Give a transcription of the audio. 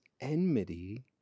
enmity